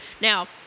Now